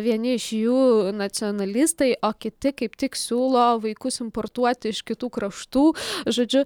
vieni iš jų nacionalistai o kiti kaip tik siūlo vaikus importuoti iš kitų kraštų žodžiu